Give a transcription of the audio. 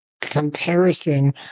comparison